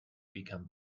become